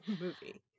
movie